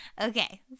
Okay